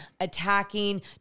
attacking